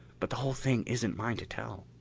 but the whole thing isn't mine to tell.